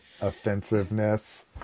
offensiveness